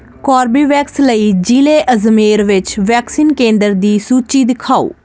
Corbevax ਲਈ ਜ਼ਿਲ੍ਹੇ ਅਜਮੇਰ ਵਿੱਚ ਵੈਕਸੀਨ ਕੇਂਦਰ ਦੀ ਸੂਚੀ ਦਿਖਾਓ